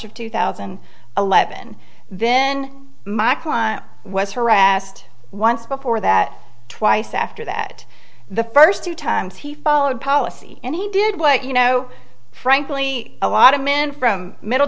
and eleven then my client was harassed once before that twice after that the first two times he followed policy and he did what you know frankly a lot of men from middle